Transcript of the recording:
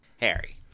Harry